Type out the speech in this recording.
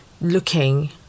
looking